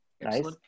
nice